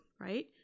right